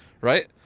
Right